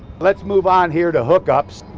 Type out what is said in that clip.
let's move on here to hookups.